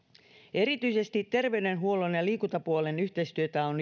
erityisesti terveydenhuollon ja ja liikuntapuolen yhteistyötä on